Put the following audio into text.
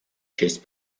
честь